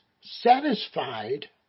satisfied